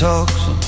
Talks